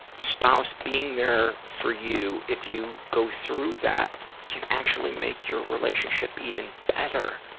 spouse being there for you if you go through that can actually make your relationship even better.